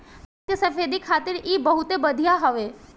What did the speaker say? दांत के सफेदी खातिर इ बहुते बढ़िया हवे